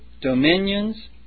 dominions